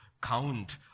count